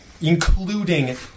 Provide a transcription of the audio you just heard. including